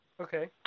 okay